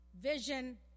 vision